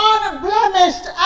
unblemished